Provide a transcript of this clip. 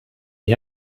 you